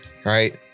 Right